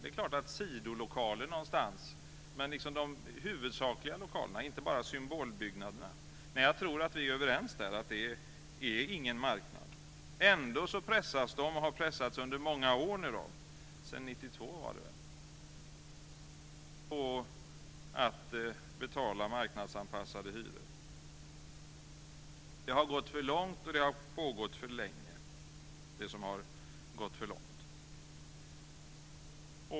Det är klart att de kan ha sidolokaler någonstans, men hur är det med de huvudsakliga lokalerna, alltså inte bara symbolbyggnaderna? Jag tror att vi är överens där. Det är ingen marknad. Ändå pressas de, och har pressats under många år, sedan 1992 var det väl, på att betala marknadsanpassade hyror. Det har gått för långt, och det har pågått för länge, det som har gått för långt.